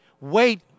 Wait